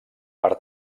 per